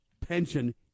pension